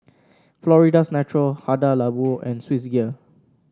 Florida's Natural Hada Labo and Swissgear